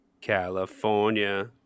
California